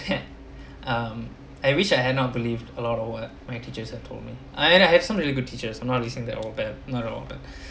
that um I wish I had not believed a lot of what my teachers have told me I had I had some really good teachers I'm not list it all but that all they not the all but